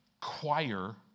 choir